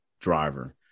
driver